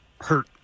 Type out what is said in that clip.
hurt